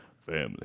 Family